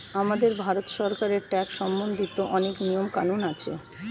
আমাদের ভারত সরকারের ট্যাক্স সম্বন্ধিত অনেক নিয়ম কানুন আছে